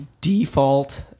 default